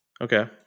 Okay